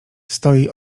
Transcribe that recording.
stoi